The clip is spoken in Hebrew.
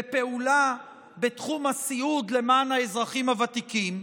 בפעולה בתחום הסיעוד למען האזרחים הוותיקים,